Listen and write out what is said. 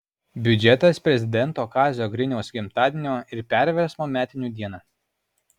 biudžetas prezidento kazio griniaus gimtadienio ir perversmo metinių dieną